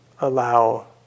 allow